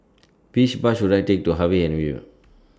Which Bus should I Take to Harvey Avenue